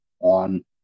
on